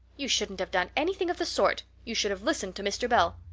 you shouldn't have done anything of the sort. you should have listened to mr. bell.